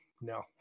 no